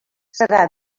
serà